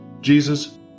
Jesus